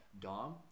Dom